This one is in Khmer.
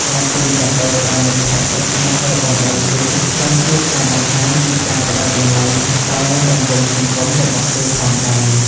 ការជូនកាដូដល់មិត្តភក្ដិជិតស្និទ្ធរបស់ដៃគូ ក៏ជាការបង្ហាញពីការផ្ដល់តម្លៃដល់រង្វង់សង្គមរបស់គេផងដែរ។